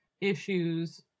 issues